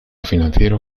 financiero